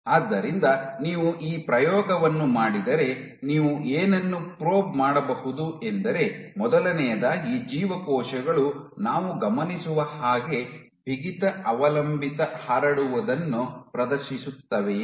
ಆದ್ದರಿಂದ ನೀವು ಈ ಪ್ರಯೋಗವನ್ನು ಮಾಡಿದರೆ ನೀವು ಏನನ್ನು ಪ್ರೋಬ್ ಮಾಡಬಹುದು ಎಂದರೆ ಮೊದಲನೆಯದಾಗಿ ಜೀವಕೋಶಗಳು ನಾವು ಗಮನಿಸುವ ಹಾಗೆ ಬಿಗಿತ ಅವಲಂಬಿತ ಹರಡುವುದನ್ನು ಪ್ರದರ್ಶಿಸುತ್ತವೆಯೇ